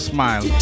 Smile